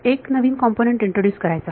एक नवीन component introduce करायचा